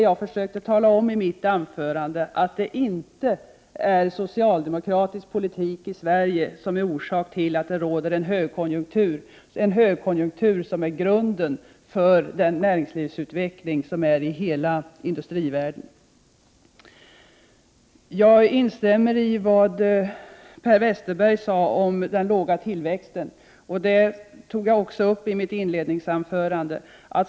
Jag försökte i mitt anförande att tala om att det inte är socialdemokratisk politik som har bidragit till att det råder en högkonjunktur i Sverige — en högkonjunktur som utgör grunden för den näringslivsutveckling som sker i hela industrivärlden. Jag instämmer i vad Per Westerberg sade om den låga tillväxten, vilket jag också tog upp i mitt inledningsanförande.